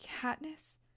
Katniss